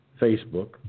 Facebook